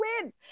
win